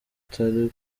utari